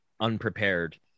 unprepared